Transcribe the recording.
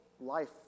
life